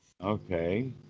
Okay